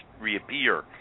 reappear